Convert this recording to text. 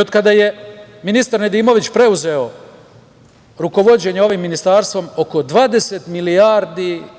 Od kada je ministar Nedimović preuzeo rukovođenje ovim ministarstvom oko 20 milijardi